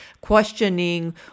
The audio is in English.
questioning